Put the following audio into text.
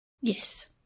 yes